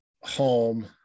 home